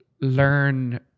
learn